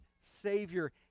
Savior